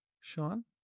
Sean